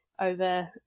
over